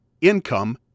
income